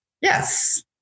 Yes